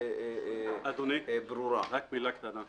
אדוני, אם תוכל לשמוע